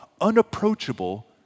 unapproachable